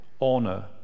honor